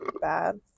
bad